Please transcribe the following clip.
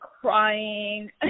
crying